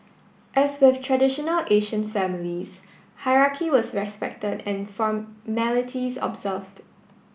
as with traditional Asian families hierarchy was respected and formalities observed